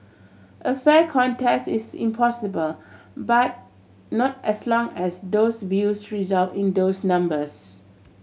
a fair contest is impossible but not as long as those views result in those numbers